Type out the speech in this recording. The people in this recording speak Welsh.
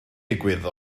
digwydd